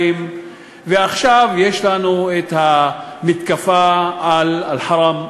ועכשיו יש לנו מתקפה על אל-חרם א-שריף,